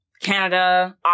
Canada